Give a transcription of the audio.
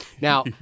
Now